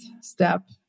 step